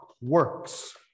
works